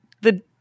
the-